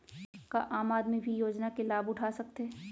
का आम आदमी भी योजना के लाभ उठा सकथे?